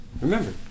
remember